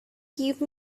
give